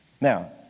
Now